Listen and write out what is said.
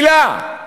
מילה.